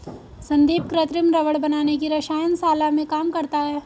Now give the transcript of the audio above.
संदीप कृत्रिम रबड़ बनाने की रसायन शाला में काम करता है